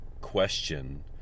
question